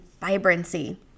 vibrancy